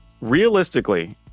realistically